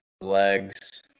legs